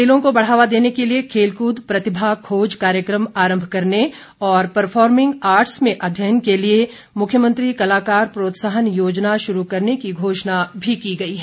खेलों को बढ़ावा देने के लिए खेलकृद प्रतिभा खोज कार्यक्रम आरम्भ करने और परफार्मिंग आर्टस में अध्ययन के लिए मुख्यमंत्री कलाकार प्रोत्साहन योजना शुरू करने की घोषणा भी की गई है